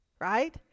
right